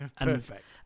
perfect